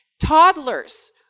Toddlers